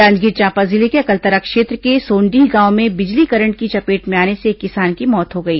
जांजगीर चांपा जिले के अकलतरा क्षेत्र के सोनडीह गांव में बिजली करंट की चपेट में आने से एक किसान की मौत हो गई